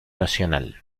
nacional